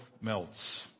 melts